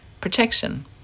protection